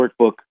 workbook